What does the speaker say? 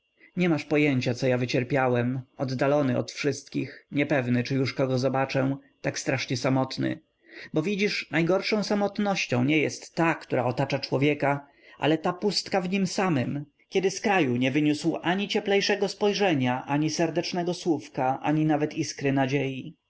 nie masz pojęcia co ja wycierpiałem oddalony od wszystkich niepewny czy już kogo zobaczę tak strasznie samotny bo widzisz najgorszą samotnością nie jest ta która otacza człowieka ale ta pustka w nim samym kiedy z kraju nie wyniósł ani cieplejszego spojrzenia ani serdecznego słówka ani nawet iskry nadziei